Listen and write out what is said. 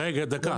דבר.